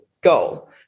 goal